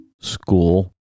school